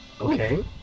Okay